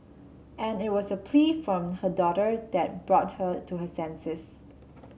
and it was a plea from her daughter that brought her to her senses